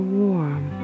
warm